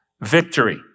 Victory